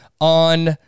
on